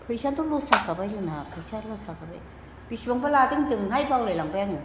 फैसायाथ' लस जाखाबाय जोंना फैसाया लस जाखाबाय बेसेबांबा लादों होनदोंहाय बावलायलांबाय आङो